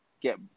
get